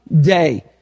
day